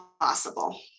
possible